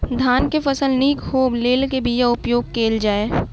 धान केँ फसल निक होब लेल केँ बीया उपयोग कैल जाय?